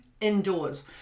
indoors